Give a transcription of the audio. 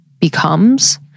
becomes